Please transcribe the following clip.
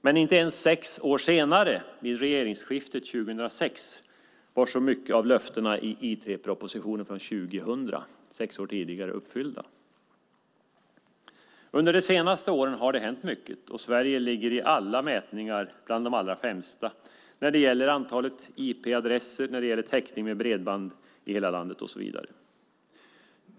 Men inte ens sex år senare vid regeringsskiftet 2006 var löftena från IT-propositionen från 2000, sex år tidigare, uppfyllda. Under de senaste åren har mycket hänt, och Sverige ligger i alla mätningar bland de allra främsta när det gäller antalet IP-adresser och täckning med bredband i hela landet, och så vidare.